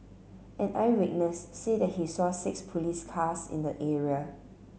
an eyewitness said that he saw six police cars in the area